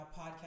podcast